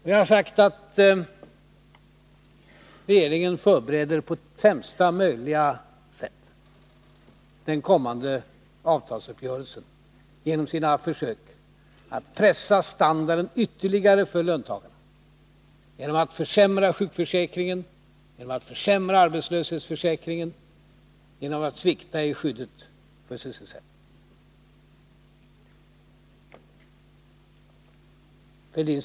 Vi har sagt att regeringen på sämsta möjliga sätt förbereder den kommande avtalsuppgörelsen genom sina försök att pressa standarden ytterligare för löntagarna genom att försämra sjukförsäkringen, genom att försämra arbetslöshetsförsäkringen och genom att svikta i skyddet för sysselsättningen.